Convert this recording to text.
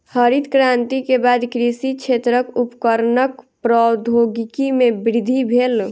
हरित क्रांति के बाद कृषि क्षेत्रक उपकरणक प्रौद्योगिकी में वृद्धि भेल